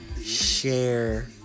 share